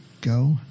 go